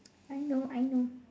I know I know